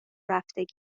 رفتگی